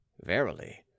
Verily